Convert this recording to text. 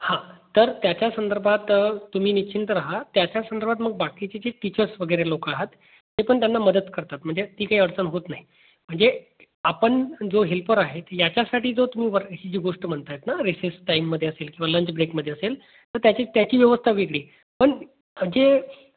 हां तर त्याच्या संदर्भात तुम्ही निश्चिंत रहा त्याच्या संदर्भात मग बाकीचे जे टीचर्स वगैरे लोक आहेत ते पण त्यांना मदत करतात म्हणजे ती काही अडचण होत नाही म्हणजे आपण जो हेल्पर आहेत याच्यासाठी जो तुम्ही वर ही जी गोष्ट म्हणता आहेत ना रिसेस टाईममध्ये असेल किंवा लंच ब्रेकमध्ये असेल तर त्याची त्याची व्यवस्था वेगळी पण जे